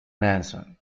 manson